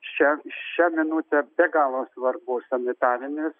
šią šią minutę be galo svarbus sanitarinės